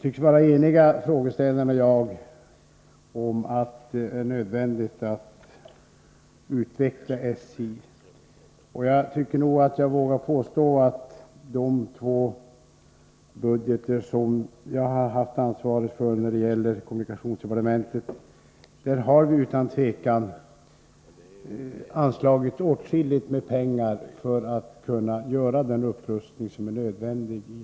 Herr talman! Vi tycks vara eniga om att det är nödvändigt att utveckla SJ. Jag tycker nog att jag vågar påstå att vi i de två budgetar som jag har haft ansvaret för när det gäller kommunikationsdepartementet utan tvivel har anslagit åtskilligt med pengar för att kunna göra den upprustning som är nödvändig inom SJ.